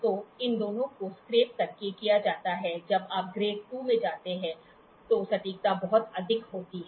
तो इन दोनों को स्क्रैप करके किया जाता है जब आप ग्रेड II में जाते हैं तो सटीकता बहुत अधिक होती है